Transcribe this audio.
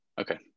okay